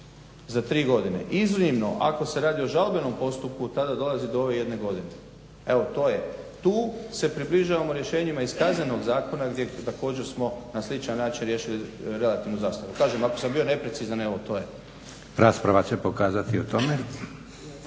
za tri godine. Iznimno ako se radi o žalbenom postupku tada dolazi do ove jedne godine. Evo to je. Tu se približavamo rješenjima iz Kaznenog zakona gdje također smo na sličan način riješili relativnu zastaru. Kažem, ako sam bio neprecizan evo to je. **Leko, Josip (SDP)** Rasprava će pokazati o tome.